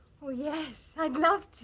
oh yes i'd love to.